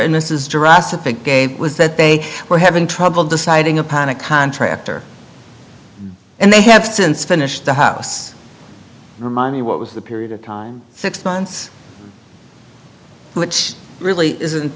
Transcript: game was that they were having trouble deciding upon a contractor and they have since finished the house for money what was the period of time six months which really isn't